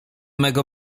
mego